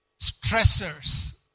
stressors